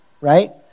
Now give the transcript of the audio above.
right